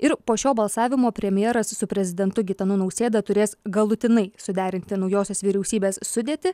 ir po šio balsavimo premjeras su prezidentu gitanu nausėda turės galutinai suderinti naujosios vyriausybės sudėtį